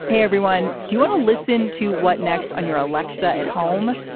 hey, everyone. do you want to listen to what next on your aleksa at home?